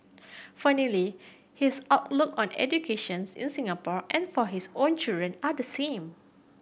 funnily his outlook on educations in Singapore and for his own children are the same